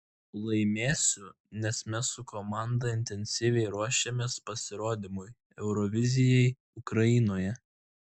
laimėsiu nes mes su komanda intensyviai ruošiamės pasirodymui eurovizijai ukrainoje